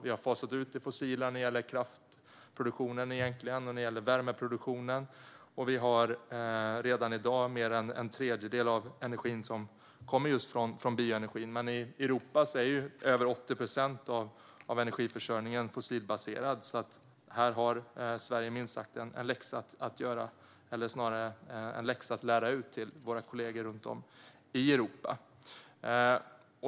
Vi har fasat ut det fossila när det gäller kraftproduktionen och värmeproduktionen, och redan i dag kommer mer än en tredjedel av vår energi från bioenergin. Men i Europa är över 80 procent av energiförsörjningen fossilbaserad, så här har vi i Sverige minst sagt en läxa att lära ut till våra kollegor runt om i Europa.